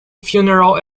funeral